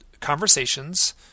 conversations